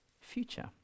future